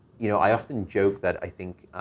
you know, i often joke that i think,